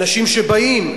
אנשים שבאים,